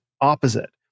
opposite